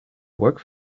work